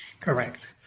Correct